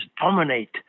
dominate